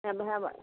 ହେବେ ହେବା